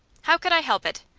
how could i help it?